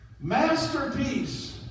Masterpiece